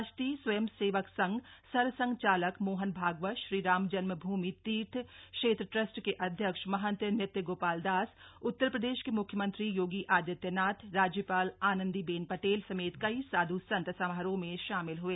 राष्ट्रीय स्वयं सेवक संघ सरसंघ चालक मोहन भागवत श्री रामजन्मभूमि तीर्थ क्षेत्र ट्रस्ट के अध्यक्ष महंत नृत्य गोपाल दास उत्तरप्रदेश के म्ख्यमंत्री योगी आदित्यनाथ राज्यपाल आनन्दी बेन पटेल समेत कई साध् संत समारोह में शामिल हुए